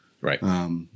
Right